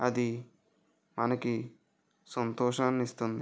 అది మనకి సంతోషాన్నిస్తుంది